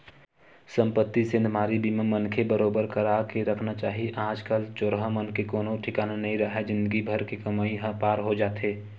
संपत्ति सेंधमारी बीमा मनखे बरोबर करा के रखना चाही आज कल चोरहा मन के कोनो ठिकाना नइ राहय जिनगी भर के कमई ह पार हो जाथे